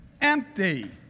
empty